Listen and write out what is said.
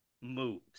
moves